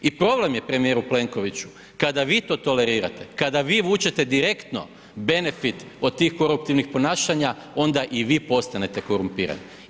I problem je premijeru Plenkoviću kada vi to tolerirate, kada vi vučete direktno benefit od tih koruptivnih ponašanja onda i vi postanete korumpirani.